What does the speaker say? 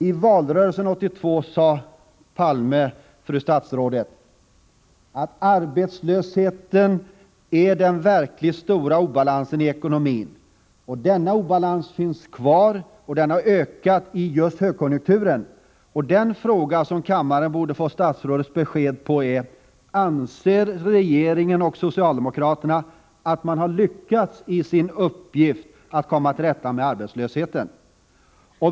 I valrörelsen 1982, fru statsråd, sade Olof Palme att arbetslösheten är den verkligt stora obalansen i den svenska ekonomin. Den här obalansen finns kvar, och den har ökat i denna högkonjunktur. De frågor som kammaren borde få statsrådets svar på är: Anser regeringen och socialdemokraterna att man har lyckats i sin uppgift att komma till rätta med arbetslösheten?